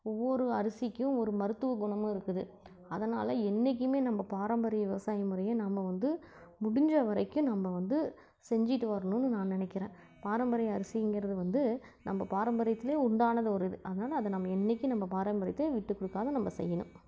ஒவ்வொரு அரிசிக்கும் ஒரு மருத்துவ குணமும் இருக்குது அதனால் என்றைக்குமே நம்ம பாரம்பரிய விவசாயம் முறையை நம்ம வந்து முடிஞ்ச வரைக்கும் நம்ம வந்து செஞ்சுட்டு வரணுன்னு நான் நினக்கிறேன் பாரம்பரிய அரிசிங்கிறது வந்து நம்ம பாரம்பரியத்திலயே உண்டான ஒரு இது அதனால அதை நம்ம என்றைக்கும் நம்ம பாரம்பரியத்தை விட்டு கொடுக்காத நம்ம செய்யணும்